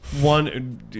One